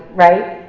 right,